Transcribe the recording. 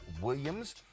Williams